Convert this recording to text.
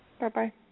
Bye-bye